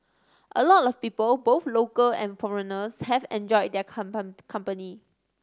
a lot of people both local and foreigners have enjoyed their company